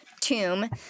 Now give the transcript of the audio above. tomb